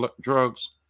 drugs